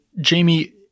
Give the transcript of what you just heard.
Jamie